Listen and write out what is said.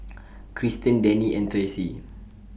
Krysten Denny and Tracy